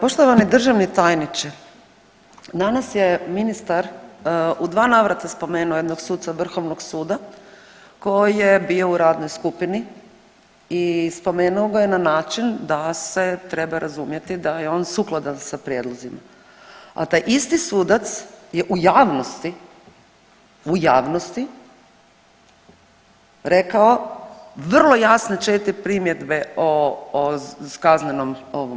Poštovani državni tajniče danas je ministar u dva navrata spomenuo jednog suca Vrhovnog suda koji je bio u radnoj skupini i spomenuo ga je na način da se treba razumjeti da je on sukladan sa prijedlozima, a taj isti sudac je u javnosti, u javnosti rekao vrlo jasne četiri primjedbe o kaznenom.